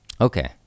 Okay